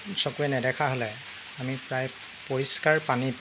চকুৰে নেদেখা হ'লে আমি প্ৰায় পৰিষ্কাৰ পানীত